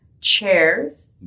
chairs